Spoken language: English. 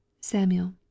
SAMUEL